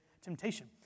temptation